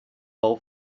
all